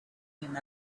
him